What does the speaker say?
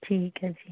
ਠੀਕ ਹੈ ਜੀ